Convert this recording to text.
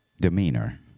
demeanor